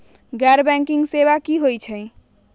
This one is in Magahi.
गैर बैंकिंग सेवा की होई?